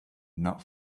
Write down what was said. not